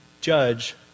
judge